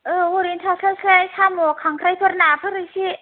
औ ओरैनो थास्लाय स्लाय साम' खांख्राइफोर नाफोर एसे